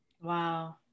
Wow